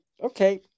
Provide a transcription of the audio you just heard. okay